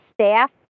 staff